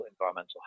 environmental